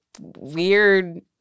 weird